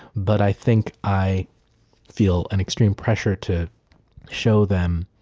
but i think i feel an extreme pressure to show them,